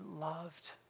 loved